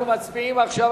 אנחנו מצביעים עכשיו.